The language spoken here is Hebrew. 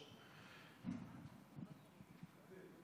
זה אלף-בית של ניהול